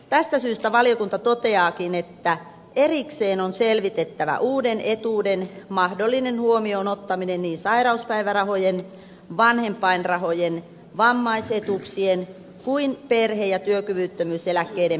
tästä syystä valiokunta toteaakin että erikseen on selvitettävä uuden etuuden mahdollinen huomioon ottaminen niin sairauspäivärahojen vanhempainrahojen vammaisetuuksien kuin perhe ja työkyvyttömyyseläkkeen määrittelyssä